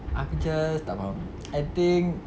aku just tak faham I think